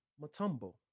Matumbo